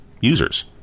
users